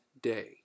day